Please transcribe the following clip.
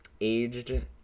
aged